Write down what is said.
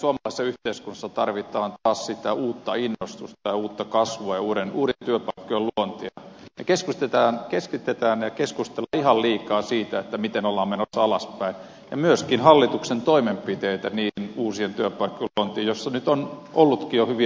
nythän suomalaisessa yhteiskunnassa tarvitaan taas sitä uutta innostusta ja uutta kasvua ja uusien työpaikkojen luontia me keskitymme ja keskustelemme ihan liikaa siitä miten ollaan menossa alaspäin ja myöskin hallituksen toimenpiteitä uusien työpaikkojen luontiin mistä nyt on ollutkin jo hyviä viitteitä